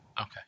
Okay